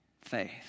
faith